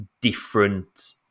different